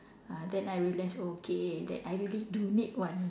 ah then I realise okay that I really do need one